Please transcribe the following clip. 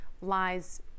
lies